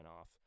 off